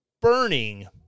burning